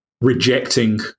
rejecting